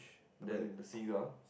then the sea ground